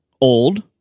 old